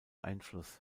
einfluss